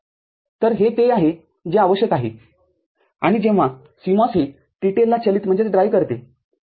तर हे ते आहे जे आवश्यक आहे आणि जेव्हा CMOS हे TTL ला चलितकरते बरोबर